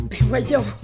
voyons